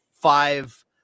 five